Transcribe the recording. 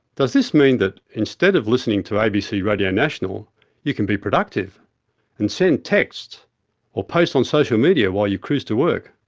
does this mean that instead of listening to abc radio national you can be productive and send texts or post on social media while you cruise to work?